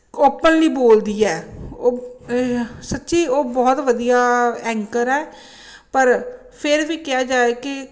openly ਬੋਲਦੀ ਹੈ ਉਹ ਸੱਚੀ ਉਹ ਬਹੁਤ ਵਧੀਆ ਐਂਕਰ ਹੈ ਪਰ ਫਿਰ ਵੀ ਕਿਹਾ ਜਾਏ ਕਿ